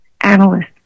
analyst